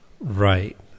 Right